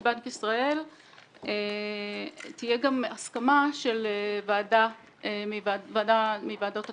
בנק ישראל תהיה גם הסכמה של ועדה מוועדות הכנסת.